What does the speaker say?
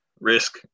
risk